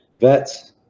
Vets